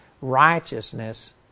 righteousness